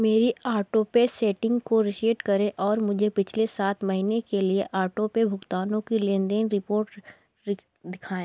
मेरी auto pay settings को reset करें और मुझे पिछले सात महीने के लिए ऑटो पे भुगतानों की लेन देन रिपोर्ट दिखाएँ